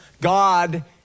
God